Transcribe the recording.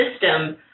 System